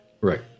right